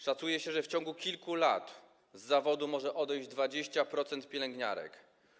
Szacuje się, że w ciągu kilku lat z zawodu może odejść 20% pielęgniarek.